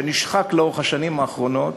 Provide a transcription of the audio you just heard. שנשחק לאורך השנים האחרונות,